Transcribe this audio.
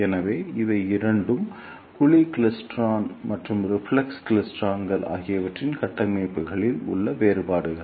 எனவே இவை இரண்டு குழி கிளைஸ்ட்ரான் மற்றும் ரிஃப்ளெக்ஸ் கிளைஸ்ட்ரான் ஆகியவற்றின் கட்டமைப்புகளில் உள்ள வேறுபாடுகள்